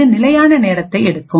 இது நிலையான நேரத்தை எடுக்கும்